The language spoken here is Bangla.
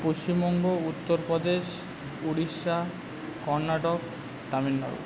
পশ্চিমবঙ্গ উত্তরপদেশ উড়িষ্যা কর্ণাটক তামিলনাড়ু